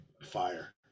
Fire